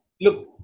look